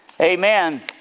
Amen